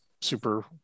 super